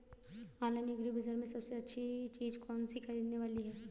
Online agri बाजार में सबसे अच्छी चीज कौन सी ख़रीदने वाली है?